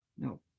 No